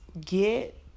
get